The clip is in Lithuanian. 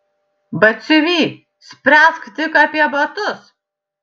batsiuvy spręsk tik apie batus